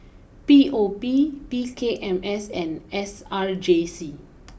P O P P K M S and S R J C